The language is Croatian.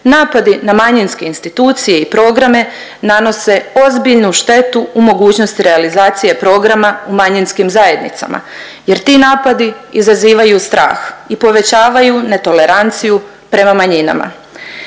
napadi na manjinske institucije i programe nanose ozbiljnu štetu u mogućnosti realizacije programa u manjinskim zajednicama jer ti napadi izazivaju strah i povećavaju netoleranciju prema manjinama.